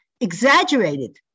exaggerated